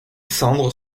cendres